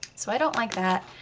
so i don't like that.